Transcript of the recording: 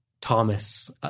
Thomas